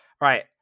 right